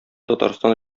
татарстан